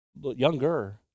younger